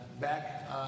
back